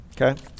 okay